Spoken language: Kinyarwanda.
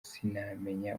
sinamenya